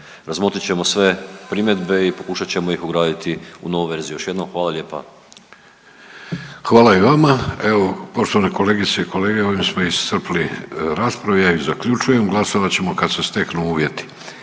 razmotrit ćemo sve primjedbe i pokušat ćemo ih ugraditi u novu verziju. Još jednom, hvala lijepa. **Vidović, Davorko (Nezavisni)** Hvala i vama. Evo, poštovane kolegice i kolege, ovdje smo iscrpili rasprave. Ja ih zaključujem. Glasovat ćemo kad se steknu uvjeti.